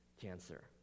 cancer